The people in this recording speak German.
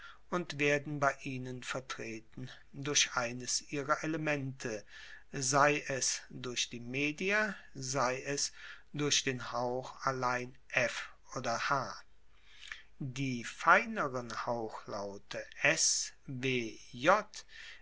und werden bei ihnen vertreten durch eines ihrer elemente sei es durch die media sei es durch den hauch allein f oder h die feineren hauchlaute s w